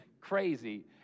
crazy